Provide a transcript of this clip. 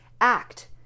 act